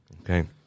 Okay